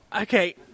Okay